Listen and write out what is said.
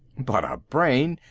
but a brain.